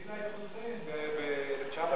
הצילה את חוסיין ב-1970.